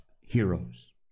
heroes